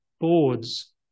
boards